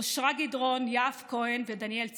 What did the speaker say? אושרה גדרון, יהב כהן ודניאל צירלין.